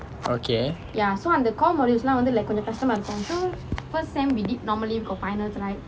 okay